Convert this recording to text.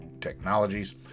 technologies